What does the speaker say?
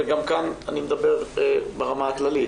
וגם כאן אני מדבר ברמה הכללית,